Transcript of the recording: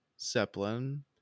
Zeppelin